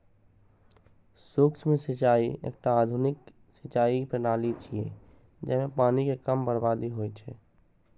सूक्ष्म सिंचाइ एकटा आधुनिक सिंचाइ प्रणाली छियै, जइमे पानिक कम बर्बादी होइ छै